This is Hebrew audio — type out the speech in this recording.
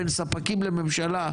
בין ספקים לממשלה,